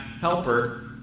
helper